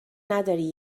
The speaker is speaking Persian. نداری